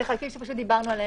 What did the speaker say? אלו חלקים שדיברנו עליהם.